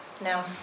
No